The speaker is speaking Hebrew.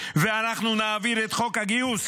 ואנחנו נעביר את חוק הגיוס